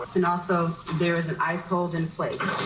and also there is ice cold in place.